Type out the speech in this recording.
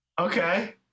Okay